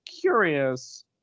curious